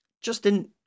Justin